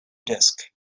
disk